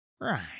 Right